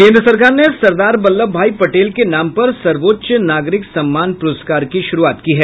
केन्द्र सरकार ने सरदार वल्लभ भाई पटेल के नाम पर सर्वोच्च नागरिक सम्मान पुरस्कार की शुरूआत की है